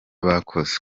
bakoze